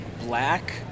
black